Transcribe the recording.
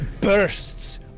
bursts